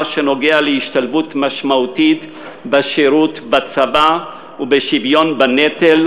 שקשור להשתלבות משמעותית בשירות בצבא ובשוויון בנטל